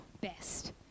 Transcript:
best